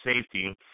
safety